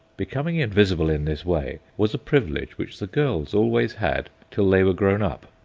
becoming invisible in this way was a privilege which the girls always had till they were grown up,